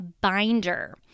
binder